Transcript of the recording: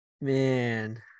Man